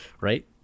Right